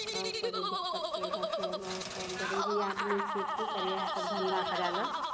बहुत अभी दिक्कत चलि रहल छै बहुत हम गरीबी आदमी छी कि करियै इएहसभ धन्धा करय लेल